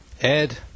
Ed